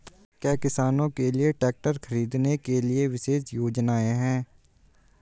क्या किसानों के लिए ट्रैक्टर खरीदने के लिए विशेष योजनाएं हैं?